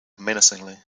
menacingly